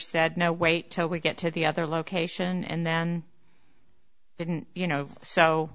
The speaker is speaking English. said no wait till we get to the other location and then didn't you know so